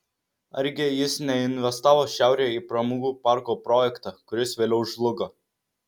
argi jis neinvestavo šiaurėje į pramogų parko projektą kuris vėliau žlugo